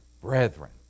brethren